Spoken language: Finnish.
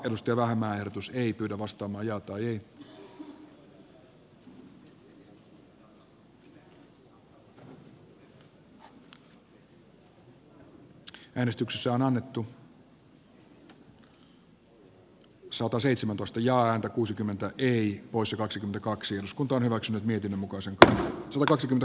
ensin äänestetään ville vähämäen ehdotuksesta timo kallin ehdotusta vastaan ja r kuusikymmentä eri poissa kaksi kaksi osku torro eksynyt sitten voittaneesta mietintöä vastaan